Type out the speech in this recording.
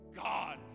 God